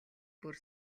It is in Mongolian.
бүр